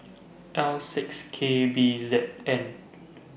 L six K B Z N